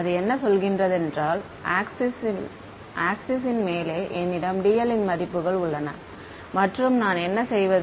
அது என்ன சொல்கிறதென்றால் ஆக்ஸிஸ் ன் மேலே என்னிடம் dl இன் மதிப்புகள் உள்ளன மற்றும் நான் என்ன செய்வது